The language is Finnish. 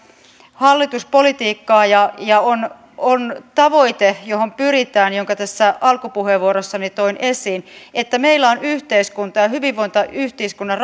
hallituspolitiikkaa ja ja on on tavoite johon pyritään jonka tässä alkupuheenvuorossani toin esiin että meillä on yhteiskunnan ja hyvinvointiyhteiskunnan